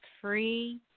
free